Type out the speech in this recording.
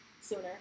Sooner